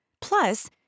Plus